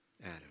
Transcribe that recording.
Adam